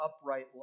upright